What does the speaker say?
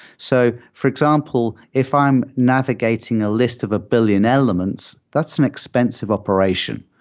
so for example, if i'm navigating a list of a billion elements, that's an expensive operation.